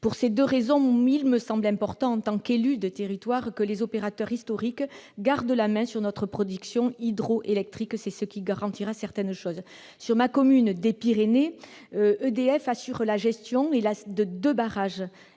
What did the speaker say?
Pour ces deux raisons, il me semble important, en tant qu'élue de territoire, que les opérateurs historiques gardent la main sur notre production hydroélectrique, afin de préserver certaines garanties. Dans ma commune des Pyrénées, EDF gère deux barrages.